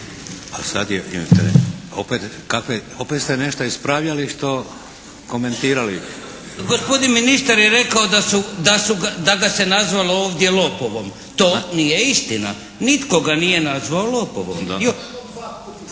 Vladimir (HDZ)** Opet ste nešto ispravljali što komentirali. **Vuljanić, Nikola (HNS)** Gospodin ministar je rekao da ga se nazvalo ovdje lopovom. To nije istina. Nitko ga nije nazvao lopovom.